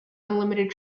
unlimited